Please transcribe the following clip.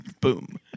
Boom